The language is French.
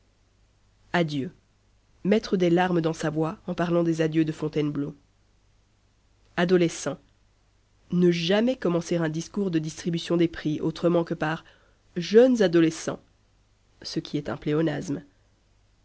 adieux mettre des larmes dans sa voix en parlant des adieux de fontainebleau adolescent ne jamais commencer un discours de distribution des prix autrement que par jeunes adolescents